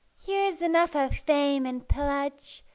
here's enough of fame and pillage,